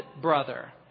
brother